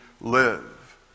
live